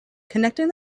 connecting